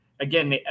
again